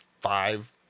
five